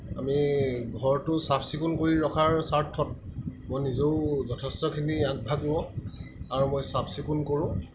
আমি ঘৰটো চাফ চিকুণ কৰি ৰখাৰ স্বাৰ্থত মই নিজেও যথেষ্টখিনি আগ ভাগ লওঁ আৰু মই চাফ চিকুণ কৰোঁ